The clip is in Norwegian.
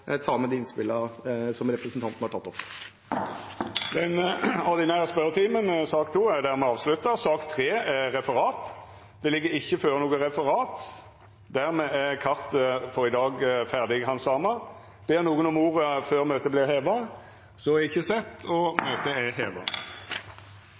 representanten har kommet med. Sak nr. 2 er dermed avslutta. Det ligg ikkje føre noko referat. Dermed er kartet for i dag ferdighandsama. Ber nokon om ordet før møtet vert heva?